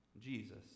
Jesus